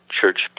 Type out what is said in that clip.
church